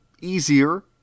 easier